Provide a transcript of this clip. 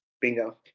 Bingo